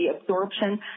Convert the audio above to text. absorption